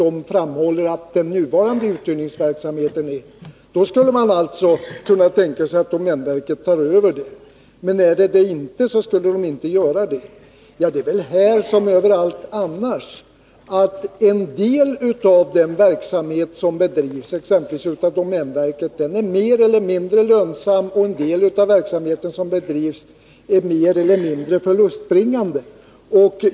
Man framhåller att den nuvarande uthyrningsverksamheten är lönsam, och då kunde man tänka sig att domänverket tar över, men inte annars. Men det är väl här som överallt annars: en del av den verksamhet som bedrivs av exempelvis domänverket är mer eller mindre lönsam och en del är mer eller mindre förlustbringande.